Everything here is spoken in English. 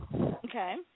Okay